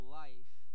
life